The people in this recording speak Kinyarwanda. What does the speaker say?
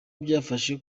byafasha